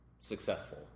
successful